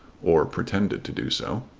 or pretended to do so.